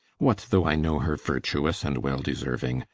what though i know her vertuous and well deseruing?